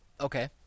Okay